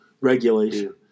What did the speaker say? regulation